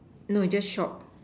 no is just short